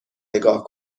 نگاه